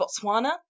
Botswana